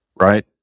Right